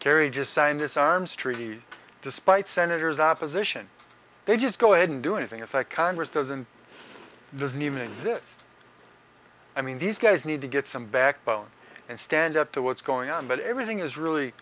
kerry just signed this arms treaty despite senator's opposition they just go ahead and do anything it's like congress doesn't doesn't even exist i mean these guys need to get some backbone and stand up to what's going on but everything is really